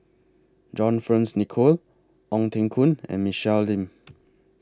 John Fearns Nicoll Ong Teng Koon and Michelle Lim